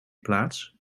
plaats